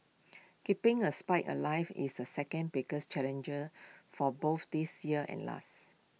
keeping A spied alive is A second biggest challenger for both this year and last